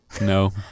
no